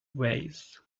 vase